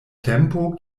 tempo